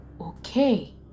okay